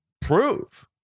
prove